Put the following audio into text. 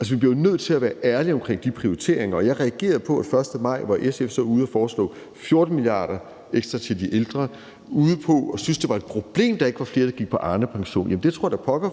Altså, vi bliver jo nødt til at være ærlige omkring de prioriteringer, og jeg reagerede på, at SF så den 1. maj var ude at foreslå 14 mia. kr. ekstra til de ældre og synes, at det var et problem, at der ikke var flere, der gik på Arnepension. Jamen det tror da pokker,